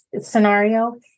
scenario